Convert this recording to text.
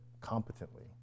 competently